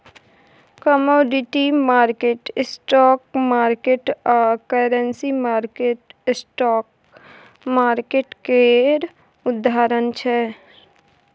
commodity market, stock market आ currency market spot market केर उदाहरण छै